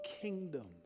kingdom